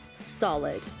Solid